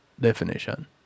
definition